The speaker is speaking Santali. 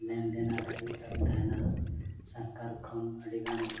ᱞᱮᱱᱫᱮᱱ ᱟᱞᱮ ᱦᱩᱭᱩᱜ ᱛᱟᱞᱮ ᱛᱟᱦᱮᱱᱟ ᱥᱚᱨᱠᱟᱨ ᱠᱷᱚᱱ ᱟᱹᱰᱤᱜᱟᱱ